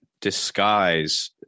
disguise